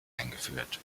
eingeführt